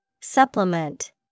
Supplement